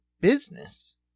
business